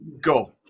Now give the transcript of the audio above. Go